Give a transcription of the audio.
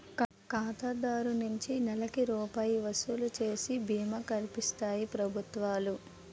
ఖాతాదారు నుంచి నెలకి రూపాయి వసూలు చేసి బీమా కల్పిస్తాయి ప్రభుత్వాలు